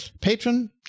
patron